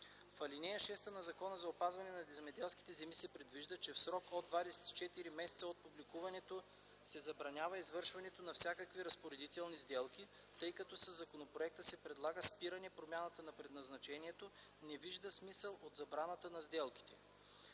В ал. 6 на Закона за опазване на земеделските земи се предвижда, че „в срок от 24 месеца от публикуването се забранява извършването на всякакви разпоредителни сделки”, тъй като със законопроекта се предлага спиране промяната на предназначението, не вижда смисъл от забраната на сделките.